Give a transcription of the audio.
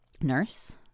nurse